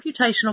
computational